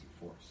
force